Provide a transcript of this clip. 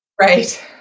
right